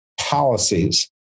policies